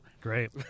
Great